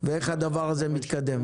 איך הדבר הזה מתקדם?